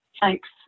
Thanks